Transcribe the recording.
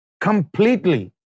completely